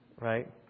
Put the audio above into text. right